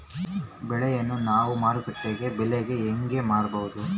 ಬೆಳೆಯನ್ನ ನಾವು ಮಾರುಕಟ್ಟೆ ಬೆಲೆಗೆ ಹೆಂಗೆ ಮಾರಬಹುದು?